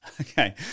Okay